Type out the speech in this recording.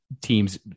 teams